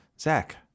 Zach